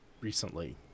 recently